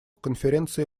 конференция